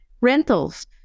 rentals